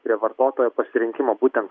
prie vartotojo pasirinkimo būten